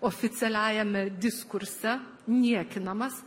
oficialiajame diskurse niekinamas